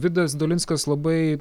vydas dolinskas labai